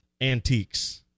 antiques